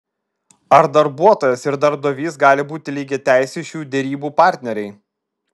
ar darbuotojas ir darbdavys gali būti lygiateisiai šių derybų partneriai